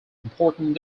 important